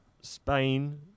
Spain